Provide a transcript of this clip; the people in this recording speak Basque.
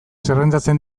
zerrendatzen